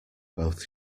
both